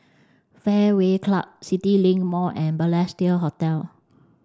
Fairway Club CityLink Mall and Balestier Hotel